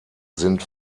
sind